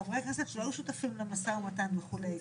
חברי הכנסת שהיו שותפים למשא ומתן וכו',